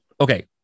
Okay